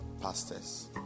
pastors